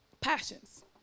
Passions